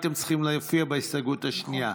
הייתם צריכים להופיע בהסתייגות השנייה,